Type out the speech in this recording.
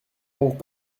donc